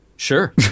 Sure